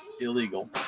illegal